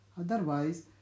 Otherwise